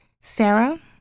Sarah